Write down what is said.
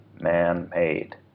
man-made